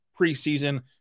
preseason